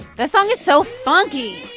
that song is so funky